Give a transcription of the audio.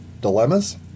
dilemmas